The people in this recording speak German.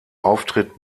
auftritt